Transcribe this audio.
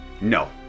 No